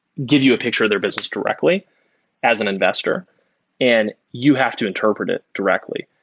give you a picture of their business directly as an investor and you have to interpret it directly.